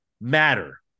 matter